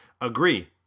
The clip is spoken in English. agree